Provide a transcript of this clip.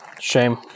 Shame